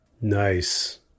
Nice